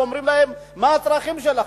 ואומרים להם: מה הצרכים שלכם?